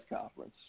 conference